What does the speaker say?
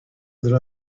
that